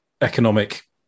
economic